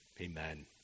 Amen